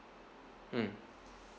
mm